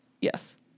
Yes